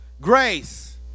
grace